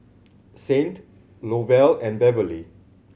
Saint Lovell and Beverley